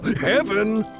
Heaven